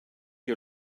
you